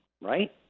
right